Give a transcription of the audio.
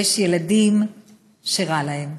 יש ילדים שרע להם.